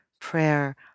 prayer